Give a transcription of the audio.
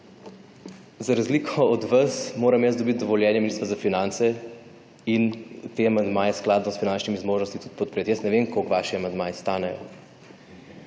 Za razliko od vas, moram jaz dobit dovoljenje ministra za finance in te amandmaje skladno s finančnimi zmožnostmi tudi podpret. Jaz ne vem, koliko vaši amandmaji stanejo.